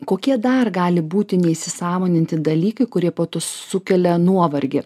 kokie dar gali būti neįsisąmoninti dalykai kurie po to sukelia nuovargį